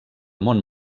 món